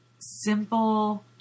simple